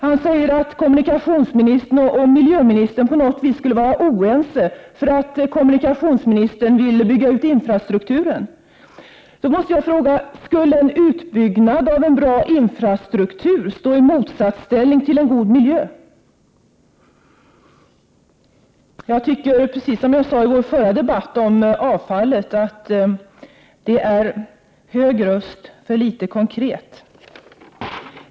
Han sade att kommunikationsministern och miljöministern på något vis skulle vara oense, därför att kommunikationsministern vill bygga ut infrastrukturen. Då måste jag fråga: Skulle en utbyggnad av en bra infrastruktur stå i motsatsställning till en god miljö? Jag tycker, precis som jag sade i vår förra debatt om avfallet, att det är hög röst för litet konkret.